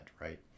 right